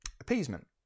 appeasement